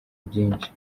byinshi